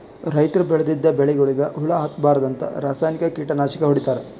ರೈತರ್ ಬೆಳದಿದ್ದ್ ಬೆಳಿಗೊಳಿಗ್ ಹುಳಾ ಹತ್ತಬಾರ್ದ್ಂತ ರಾಸಾಯನಿಕ್ ಕೀಟನಾಶಕ್ ಹೊಡಿತಾರ್